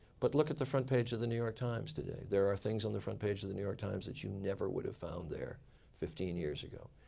but look at the front page of the new york times today. there are things on the front page of the new york times that you never would have found there fifteen years ago.